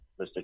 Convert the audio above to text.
Mr